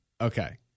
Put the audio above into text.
Okay